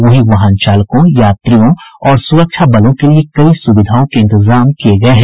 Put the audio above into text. वहीं वाहनों चालकों यात्रियों और सुरक्षा बलों के लिए कई सुविधाओं के इंतजाम किये गये हैं